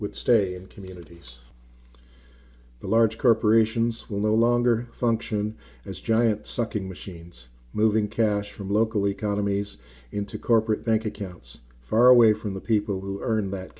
would stay and communities the large corporations will no longer function as giant sucking machines moving cash from local economies into corporate bank accounts far away from the people who earn that